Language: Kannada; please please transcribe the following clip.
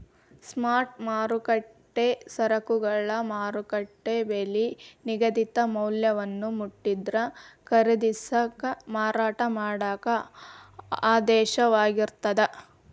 ಸ್ಪಾಟ್ ಮಾರುಕಟ್ಟೆ ಸರಕುಗಳ ಮಾರುಕಟ್ಟೆ ಬೆಲಿ ನಿಗದಿತ ಮೌಲ್ಯವನ್ನ ಮುಟ್ಟಿದ್ರ ಖರೇದಿಸಾಕ ಮಾರಾಟ ಮಾಡಾಕ ಆದೇಶವಾಗಿರ್ತದ